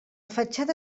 fatxada